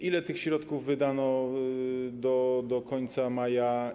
Ile tych środków wydano do końca maja?